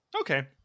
Okay